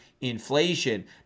inflation